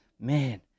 man